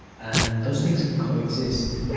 and those things can coexist.